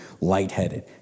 lightheaded